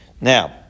now